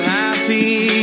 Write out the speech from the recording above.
happy